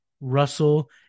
Russell